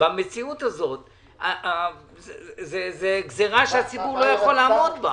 במציאות הזו זו גזירה שהציבור לא יכול לעמוד בה.